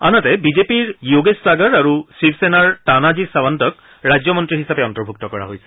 আনহাতে বিজেপিৰ য়োগেশ সাগৰ আৰু শিৱসেনাৰ তানাজী সাৱন্তক ৰাজ্যমন্ত্ৰী হিচাপে অন্তৰ্ভূক্ত কৰা হৈছে